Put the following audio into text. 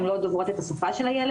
הן לא דוברות את השפה של הילד,